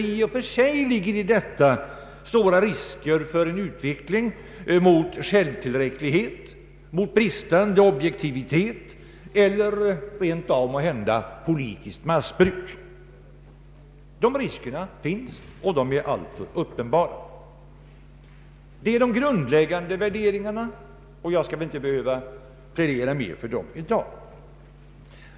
I och för sig ligger nämligen i detta stora risker för en utveckling mot självtillräcklighet, mot bristande objektivitet eller rent av måhända — politiskt maktmissbruk. Detta är våra grundläggande värderingar, och jag behöver väl inte plädera mer för dem i dag.